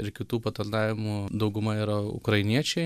ir kitų patarnavimų dauguma yra ukrainiečiai